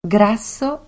Grasso